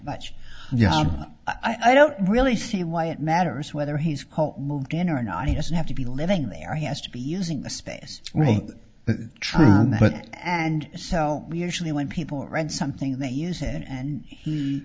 much i don't really see why it matters whether he's moved in or not he doesn't have to be living there has to be using the space true and so usually when people read something they use it and he